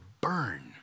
burn